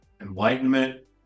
enlightenment